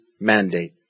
mandate